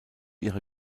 ihrer